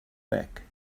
back